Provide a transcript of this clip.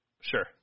Sure